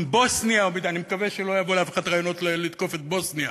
עם בוסניה ואני מקווה שלא יבואו לאף אחד רעיונות לתקוף את בוסניה